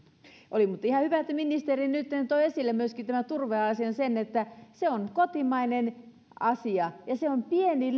oli muuten ihan hyvä että ministeri nytten toi esille myöskin tämän turveasian sen että se on kotimainen asia ja se on pieni